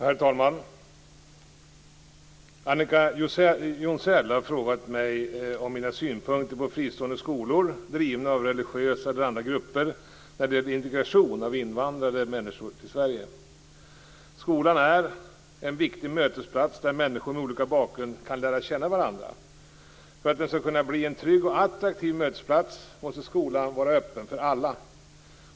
Herr talman! Annika Jonsell har frågat om mina synpunkter på fristående skolor, drivna av religiösa eller andra grupper, när det gäller integrationen av invandrade människor i Sverige. Skolan är en viktig mötesplats där människor med olika bakgrund kan lära känna varandra. För att den skall kunna bli en trygg och attraktiv mötesplats måste skolan vara öppen för alla.